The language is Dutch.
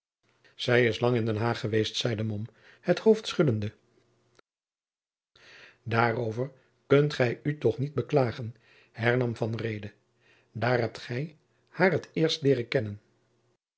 zij is lang in den haag geweest zeide mom het hoofd schuddende daarover kunt gij u toch niet beklagen hernam van reede daar hebt gij haar het eerst leeren kennen